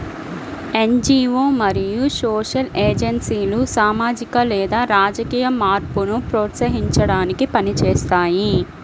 NGO మరియు social ఏజెన్సీలు సామాజిక లేదా రాజకీయ మార్పును ప్రోత్సహించడానికి పని చేస్తాయి